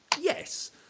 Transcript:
Yes